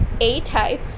A-type